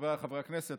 חבריי חברי הכנסת,